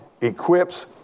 equips